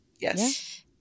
yes